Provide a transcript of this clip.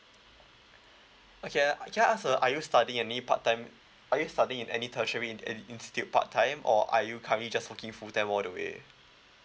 okay uh can I ask uh are you studying in any part time are you studying in any tertiary in~ institute part time or are you currently just working full time all the way